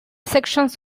sections